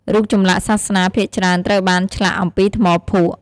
រូបចម្លាក់សាសនាភាគច្រើនត្រូវបានឆ្លាក់អំពីថ្មភក់។